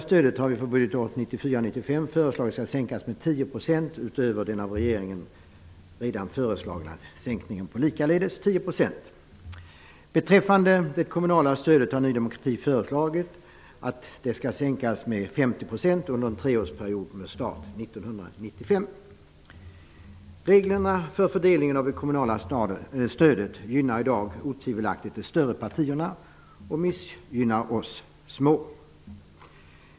Vi har föreslagit att det statliga stödet för budgetåret 1994/95 skall minskas med 10 % utöver den av regeringen redan föreslagna minskningen på 10 %. Beträffande det kommunala stödet har Ny demokrati förslagit att det skall minskas med 50 % under en treårsperiod med start 1995. Reglerna för fördelningen av de kommunala stödet gynnar i dag otvivelaktigt de större partierna och missgynnar oss små.